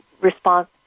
response